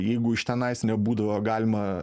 jeigu iš tenais nebūdavo galima